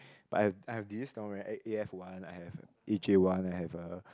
but I have I have this A F one I have A J one I have uh